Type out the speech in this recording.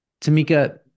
Tamika